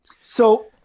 So-